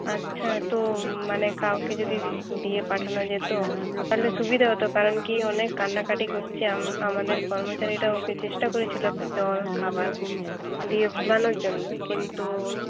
আচ্ছা তো মানে কাউকে যদি দিয়ে পাঠানো যেত তাহলে সুবিধা হতো কারণ কী অনেক কান্নাকাটি করছে আমাদের কর্মচারীরা ওকে চেষ্টা করেছিল জল খাবার দিয়ে ভোলানোর জন্য কিন্তু